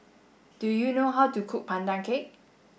do you know how to cook Pandan cake